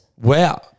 Wow